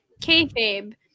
kayfabe